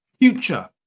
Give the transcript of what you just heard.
Future